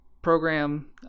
program